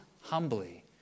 humbly